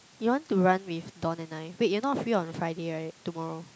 you want to run with Don and I wait you're not free on Friday right tomorrow